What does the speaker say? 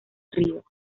ríos